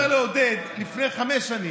הייתי אומר לעודד לפני חמש שנים: